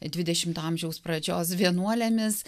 dvidešimto amžiaus pradžios vienuolėmis